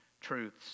truths